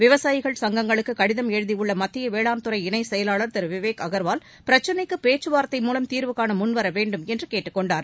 விவசாயிகள் சங்கங்களுக்கு கடிதம் எழுதியுள்ள மத்திய வேளாண் துறை இணை செயலாளர் திரு விவேக் அகர்வால் பிரச்சினைக்கு பேச்சுவார்த்தை மூலம் தீர்வு காண முன்வர வேண்டும் என்று கேட்டுக்கொண்டுள்ளார்